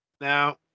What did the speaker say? Now